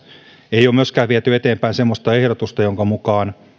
ei ole myöskään viety eteenpäin semmoista ehdotusta jonka mukaan